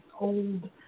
old